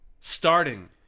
Starting